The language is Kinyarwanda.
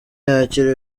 yakira